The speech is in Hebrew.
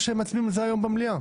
שמצביעים על זה היום במליאה?